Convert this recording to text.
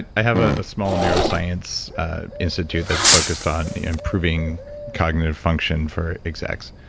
i have a small neuroscience institute that's focused on improving cognitive function for execs,